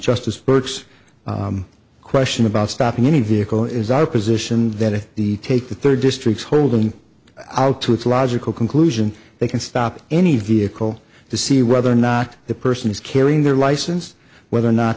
justice burke's question about stopping any vehicle is our position that the take the third district holding out to its logical conclusion they can stop any vehicle to see whether or not the person is carrying their license whether or not